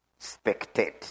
spectate